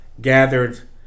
gathered